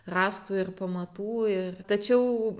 rąstų ir pamatų ir tačiau